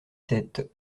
sept